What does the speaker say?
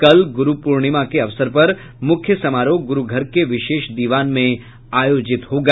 कल गुरू पूर्णिमा के अवसर पर मुख्य समारोह गुरू घर के विशेष दिवान में आयोजित होगा